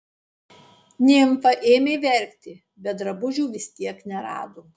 nimfa ėmė verkti bet drabužių vis tiek nerado